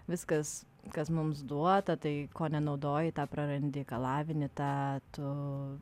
viskas kas mums duota tai ko nenaudoji tą prarandi ką lavini tą tu